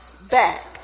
back